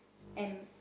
and